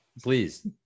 Please